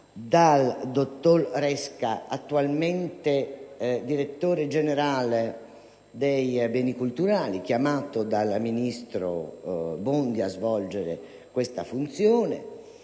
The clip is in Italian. dal dottor Resca, attualmente direttore generale del Ministero dei beni culturali, chiamato dal ministro Bondi a svolgere questa funzione,